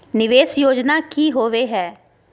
निवेस योजना की होवे है?